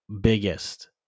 biggest